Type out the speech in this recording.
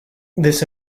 this